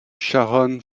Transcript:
sharon